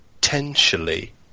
potentially